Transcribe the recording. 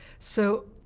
so